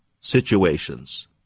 situations